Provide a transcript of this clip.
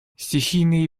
стихийные